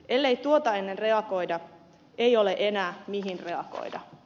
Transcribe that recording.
ellei tuota ennen reagoida ei ole enää mihin reagoida